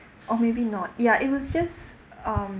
or maybe not ya it was just um